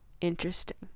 interesting